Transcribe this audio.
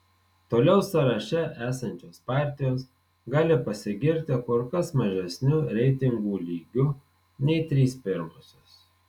toliau sąraše esančios partijos gali pasigirti kur kas mažesniu reitingų lygiu nei trys pirmosios